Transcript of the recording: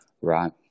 Right